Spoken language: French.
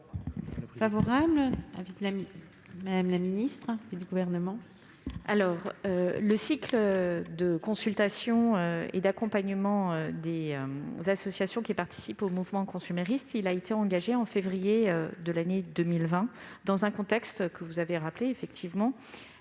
Le cycle de consultation et d'accompagnement des associations qui participent au mouvement consumériste a été engagé en février de l'année 2020, dans un contexte- vous l'avez rappelé